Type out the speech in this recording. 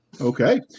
Okay